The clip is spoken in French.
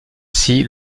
scie